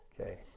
Okay